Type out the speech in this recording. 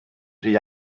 rhy